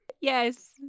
Yes